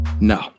No